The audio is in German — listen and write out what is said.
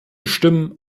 stimmen